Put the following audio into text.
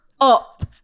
up